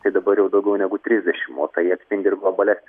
tai dabar daugiau negu trisdešimt o tai atspindi ir globalias